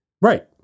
Right